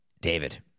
David